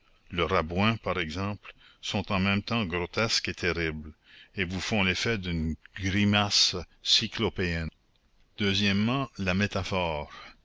le rabouin par exemple sont en même temps grotesques et terribles et vous font l'effet d'une grimace cyclopéenne deuxièmement la métaphore